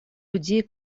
людей